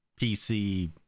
PC